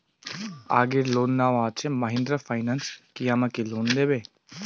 আগের লোন নেওয়া আছে মাহিন্দ্রা ফাইন্যান্স কি আমাকে লোন দেবে?